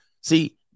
See